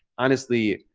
honestly,